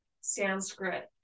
sanskrit